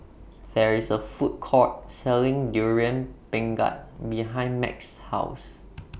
There IS A Food Court Selling Durian Pengat behind Max's House